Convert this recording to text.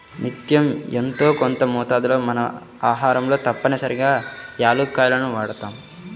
నిత్యం యెంతో కొంత మోతాదులో మన ఆహారంలో తప్పనిసరిగా యాలుక్కాయాలను వాడతాం